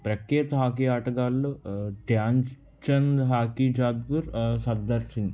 ప్రఖ్యాత హాకీ ఆటగాళ్ళు ధ్యాన్ చంద్ హాకీ జాగ్గూర్ సర్ధార్ సింగ్